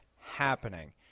happening